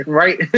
right